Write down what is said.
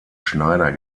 schneider